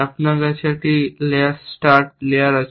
আপনার কাছে এই লেয়ার স্টার্ট লেয়ার আছে